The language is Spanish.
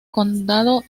condado